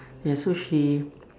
and also she